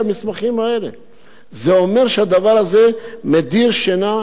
זה אומר שהדבר הזה מדיר שינה מעיניהם של אותם אסירים.